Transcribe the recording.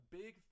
big